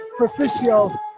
Proficio